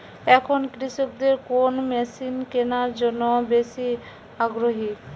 এখন কৃষকদের কোন মেশিন কেনার জন্য বেশি আগ্রহী?